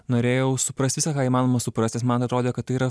norėjau suprast visą ką įmanoma suprast nes man atrodė kad tai yra